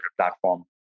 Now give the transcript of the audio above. platform